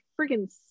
freaking